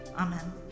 Amen